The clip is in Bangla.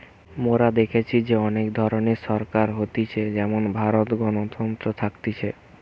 মোরা দেখেছি যে অনেক ধরণের সরকার হতিছে যেমন ভারতে গণতন্ত্র থাকতিছে